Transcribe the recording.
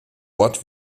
ort